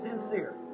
sincere